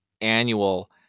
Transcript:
annual